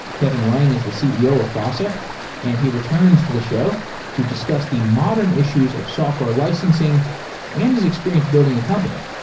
kevin wang is the ceo of fossa and he returns to the show to discuss the modern issues of software licensing and his experience building a company.